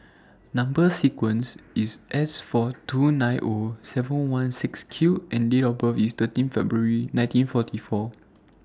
Number sequence IS S four two nine O seven one six Q and Date of birth IS thirteen February nineteen forty four